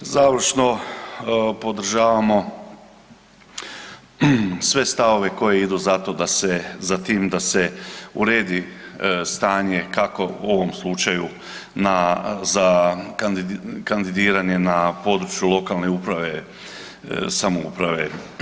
Završno, podržavamo sve stavove koji idu za to da se, za tim da se uredi stanje kako u ovom slučaju na, za kandidiranje na području lokalne uprave i samouprave.